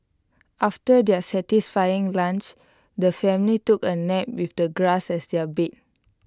after their satisfying lunch the family took A nap with the grass as their bed